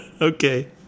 Okay